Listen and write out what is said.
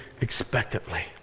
expectantly